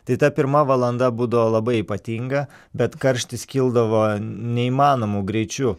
tai ta pirma valanda būdavo labai ypatinga bet karštis kildavo neįmanomu greičiu